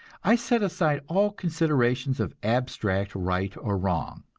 i set aside all considerations of abstract right or wrong,